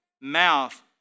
mouth